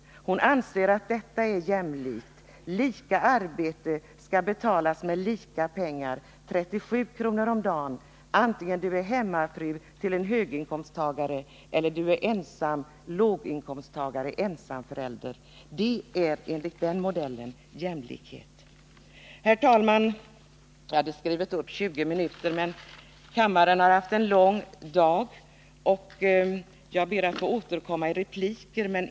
Hon anser att detta är jämlikt: lika arbete skall betalas med lika pengar, 37 kr. om dagen vare sig du är hemmafru till en höginkomsttagare eller du är ensam låginkomsttagare, ensamförälder. Det är enligt den modellen jämlikhet. Herr talman! Jag hade skrivit upp 20 minuter på talarlistan. Men kammaren har haft en lång dag, och jag ber att få återkomma i repliker.